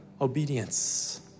obedience